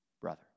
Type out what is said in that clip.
Brother